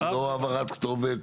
לא העברת כתובת,